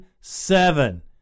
seven